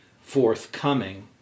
forthcoming